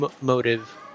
motive